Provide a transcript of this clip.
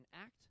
act